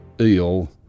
eel